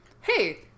hey